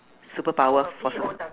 superpower for soc~